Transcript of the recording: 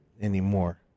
anymore